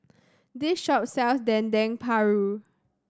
this shop sells Dendeng Paru